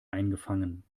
eingefangen